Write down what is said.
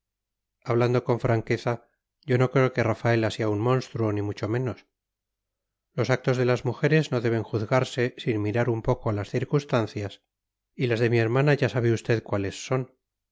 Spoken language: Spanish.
hablando con franqueza yo no creo que rafaela sea un monstruo ni mucho menos los actos de las mujeres no deben juzgarse sin mirar un poco a las circunstancias y las de mi hermana ya sabe usted cuáles son